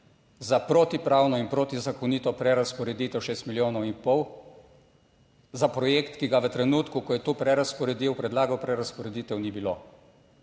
za protipravno in protizakonito prerazporeditev šest milijonov in pol, za projekt, ki ga v trenutku, ko je to prerazporedil, predlagal prerazporeditev, ni bilo.